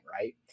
right